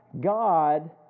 God